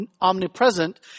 omnipresent